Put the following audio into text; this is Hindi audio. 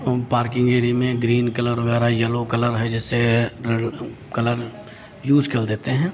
हम पार्किंग एरिये में ग्रीन कलर वगैरह येलो कलर है जैसे है रेड कलर यूज़ कर देते हैं